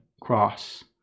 cross